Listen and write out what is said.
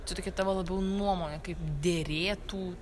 tu tokia tavo labiau nuomonė kaip derėtų